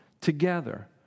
together